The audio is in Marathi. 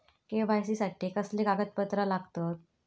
के.वाय.सी साठी कसली कागदपत्र लागतत?